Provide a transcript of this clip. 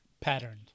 patterned